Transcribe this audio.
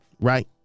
right